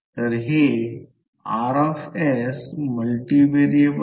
तर येथून ते येथे हे अंतर 1 सेंटीमीटर आहे आणि येथे देखील 1 सेंटीमीटर आहे